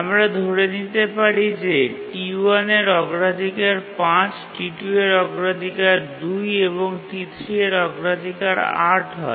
আমরা ধরে নিতে পারি যে T1 এর অগ্রাধিকার ৫ T2 এর অগ্রাধিকার ২ এবং T3 এর অগ্রাধিকার ৮ হয়